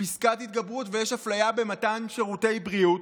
פסקת התגברות, ויש אפליה במתן שירותי בריאות,